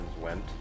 went